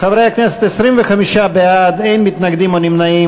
חברי הכנסת, 25 בעד, אין מתנגדים או נמנעים.